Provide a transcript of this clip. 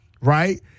right